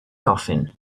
coffin